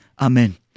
Amen